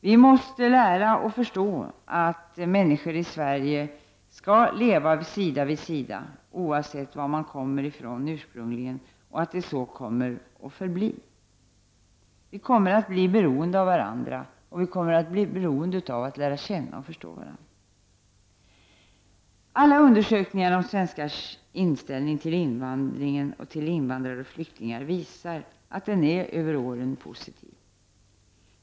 Vi måste lära och förstå att människor i Sverige skall leva sida vid sida oavsett vilket land man ursprungligen kommer ifrån och att det så kommer att förbli. Vi kommer att vara beroende av varandra, och vi kommer att bli beroende av att lära känna och förstå varandra. Alla undersökningar om svenskarnas inställning till invandringen och till invandrare och flyktingar visar att den är positiv genom alla år.